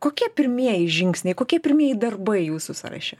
kokie pirmieji žingsniai kokie pirmieji darbai jūsų sąraše